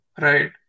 Right